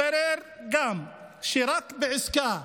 התברר גם שרק בעסקה,